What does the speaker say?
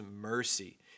mercy